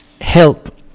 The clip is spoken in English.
help